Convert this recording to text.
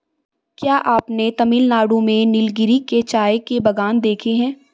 क्या आपने तमिलनाडु में नीलगिरी के चाय के बागान देखे हैं?